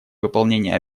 выполнение